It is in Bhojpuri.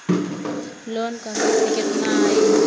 लोन क किस्त कितना आई?